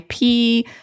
IP